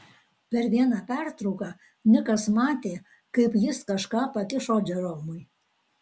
per vieną pertrauką nikas matė kaip jis kažką pakišo džeromui